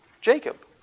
Jacob